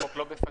החוק לא בפניי.